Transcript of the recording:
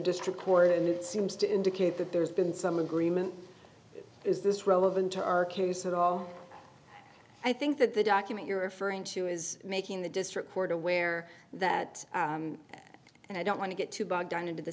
district court and seems to indicate that there's been some agreement is this relevant to our case at all i think that the document you're referring to is making the district court aware that and i don't want to get too bogged down into the